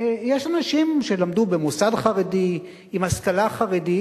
יש אנשים שלמדו במוסד חרדי, עם השכלה חרדית,